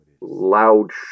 loud